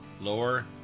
lower